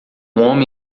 homem